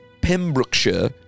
Pembrokeshire